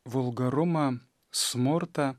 vulgarumą smurtą